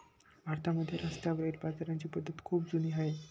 भारतामध्ये रस्त्यावरील बाजाराची पद्धत खूप जुनी आहे